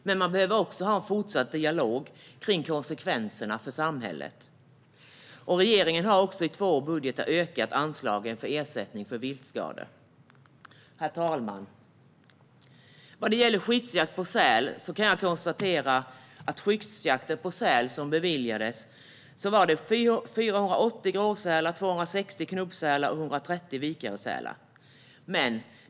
Men man behöver också ha en fortsatt dialog om konsekvenserna för samhället. Regeringen har dessutom i två budgetar ökat anslaget för ersättning för viltskador. Herr talman! När det gäller skyddsjakt på säl har sådan beviljats på 480 gråsälar, 260 knubbsälar och 130 vikaresälar.